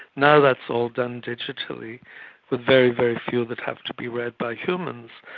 now that's all done digitally with very, very few that have to be read by humans.